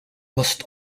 must